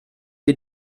wir